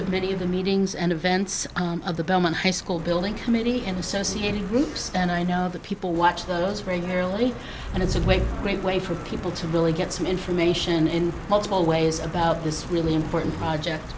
of many of the meetings and events of the bellman high school building committee and associated groups and i know that people watch those regularly and it's a great great way for people to really get some information in multiple ways about this really important project